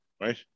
Right